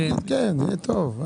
יהיה טוב.